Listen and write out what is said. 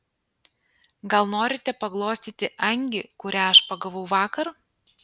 gal norite paglostyti angį kurią aš pagavau vakar